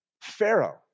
Pharaoh